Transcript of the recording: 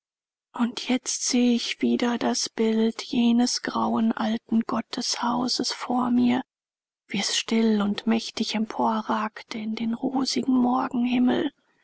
und jetzt sehe ich wieder das bild jenes grauen alten gotteshauses vor mir wie es still und mächtig emporragte in den rosigen